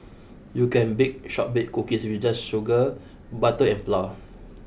you can bake shortbread cookies with just sugar butter and flour